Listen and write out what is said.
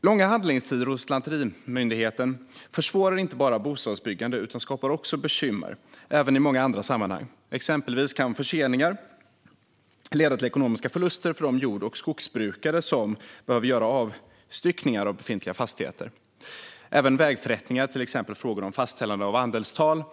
Långa handläggningstider hos Lantmäteriet försvårar inte bara bostadsbyggande utan skapar också bekymmer i många andra sammanhang. Exempelvis kan förseningar leda till ekonomiska förluster för de jord och skogsbrukare som behöver göra avstyckningar av befintliga fastigheter. Även vägförrättningar och frågor om fastställande av andelstal